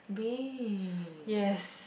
babe